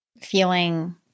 feeling